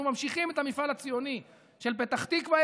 אנחנו ממשיכים את המפעל הציוני של פתח תקווה,